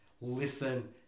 Listen